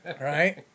Right